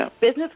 Business